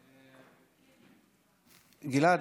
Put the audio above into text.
גלעד,